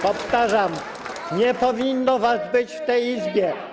Powtarzam: nie powinno was być w tej Izbie.